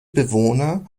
bewohner